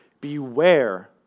Beware